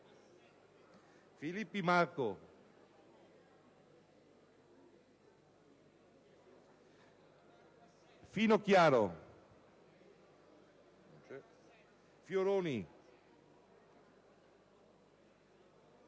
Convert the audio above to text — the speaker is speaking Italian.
Filippi Marco, Finocchiaro, Fioroni,